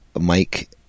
Mike